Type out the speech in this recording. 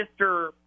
Mr